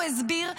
הוא הסביר,